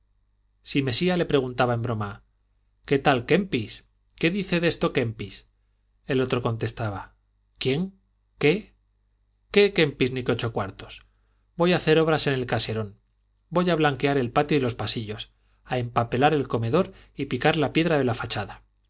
si mesía le preguntaba en broma qué tal kempis qué dice de esto kempis el otro contestaba quién qué kempis ni qué ocho cuartos voy a hacer obras en el caserón voy a blanquear el patio y los pasillos a empapelar el comedor y picar la piedra de la fachada